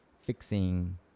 fixing